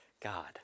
God